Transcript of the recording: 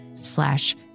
slash